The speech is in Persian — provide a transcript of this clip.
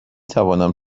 توانم